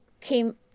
came